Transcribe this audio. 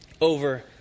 over